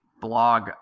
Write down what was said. blog